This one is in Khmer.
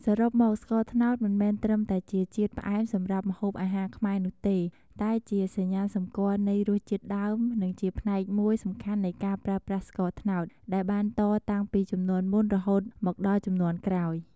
សរុបមក ស្ករត្នោតមិនមែនត្រឹមតែជាជាតិផ្អែមសម្រាប់ម្ហូបអាហារខ្មែរនោះទេ តែជាសញ្ញាសម្គាល់នៃរសជាតិដើម និងជាផ្នែកមួយសំខាន់នៃការប្រើប្រាស់ស្ករត្នោត ដែលបានតតាំងពីជំនាន់មុនរហូតមកដល់ជំនាន់ក្រោយ។